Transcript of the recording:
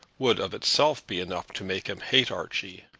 would of itself be enough to make him hate archie.